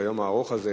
ביום הארוך הזה,